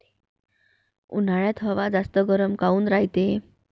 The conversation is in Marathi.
उन्हाळ्यात हवा जास्त गरम काऊन रायते?